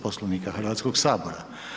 Poslovnika Hrvatskog sabora.